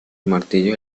martillo